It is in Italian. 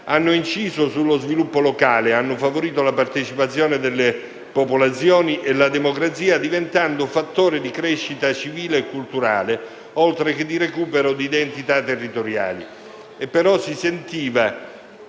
hanno inciso sullo sviluppo locale e favorito la partecipazione delle popolazioni e la democrazia, diventando fattore di crescita civile e culturale, oltre che di recupero di identità territoriali.